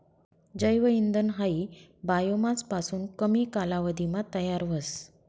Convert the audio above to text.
जैव इंधन हायी बायोमास पासून कमी कालावधीमा तयार व्हस